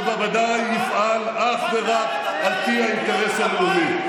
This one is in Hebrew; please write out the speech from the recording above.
שבוודאי יפעל אך ורק על פי האינטרס הלאומי.